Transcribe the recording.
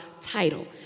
title